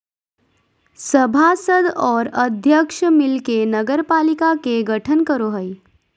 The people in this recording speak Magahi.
सभासद और अध्यक्ष मिल के नगरपालिका के गठन करो हइ